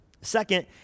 Second